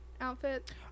outfit